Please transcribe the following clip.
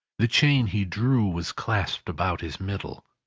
the chain he drew was clasped about his middle.